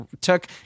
took